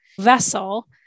vessel